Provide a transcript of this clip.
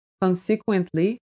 Consequently